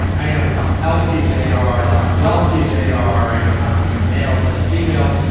i know how healthy they are, how wealthy they are, i know how many are males and females.